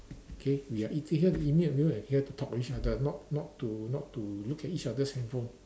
okay we are eating eating a meal here to talk to each other not not to not to look at each other's handphone